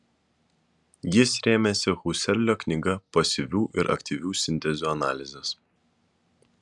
jis rėmėsi husserlio knyga pasyvių ir aktyvių sintezių analizės